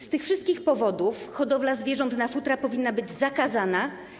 Z tych wszystkich powodów hodowla zwierząt na futra powinna być zakazana.